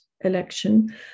election